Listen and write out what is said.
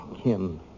Kim